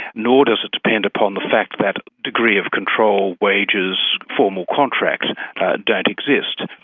nor does it depend upon the fact that degree of control, wages, formal contract don't exist.